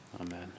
amen